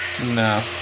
No